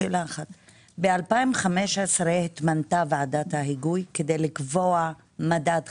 ב-2015 התמנתה ועדת ההיגוי כדי לקבוע מדד חדש.